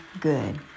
good